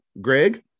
Greg